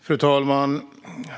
Fru talman!